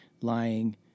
lying